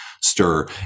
stir